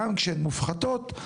גם כשהן מופחתות,